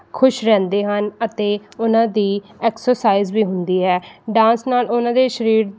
ਖੁਸ਼ ਰਹਿੰਦੇ ਹਨ ਅਤੇ ਉਨ੍ਹਾਂ ਦੀ ਐਕਸਰਸਾਈਜ਼ ਵੀ ਹੁੰਦੀ ਹੈ ਡਾਂਸ ਨਾਲ ਉਹਨਾਂ ਦੇ ਸਰੀਰ